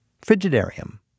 frigidarium